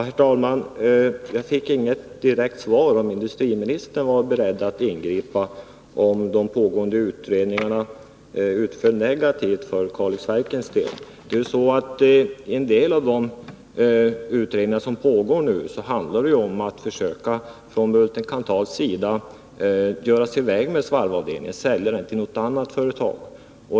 Herr talman! Jag fick inget direkt svar på min fråga om industriministern är beredd att ingripa ifall de pågående utredningarna utfaller negativt för Kalixverkens del. I en del av de utredningar som pågår handlar det om att Bulten-Kanthal skall försöka göra sig av med svarvavdelningen genom att sälja den till något annat företag.